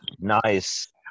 Nice